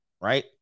right